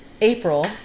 april